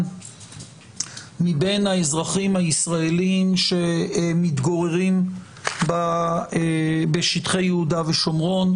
מבין האזרחים הישראלים שמתגוררים בשטחי יהודה ושומרון,